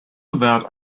about